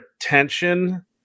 attention